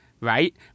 right